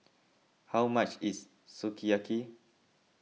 how much is Sukiyaki